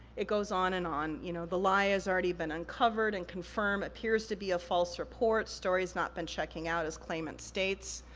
it goes on and on. you know the lie has already been uncovered and confirmed, it appears to be a false report. story's not been checking out as claimant states.